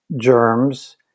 germs